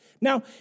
Now